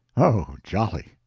oh, jolly!